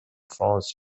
france